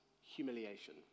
humiliation